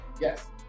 Yes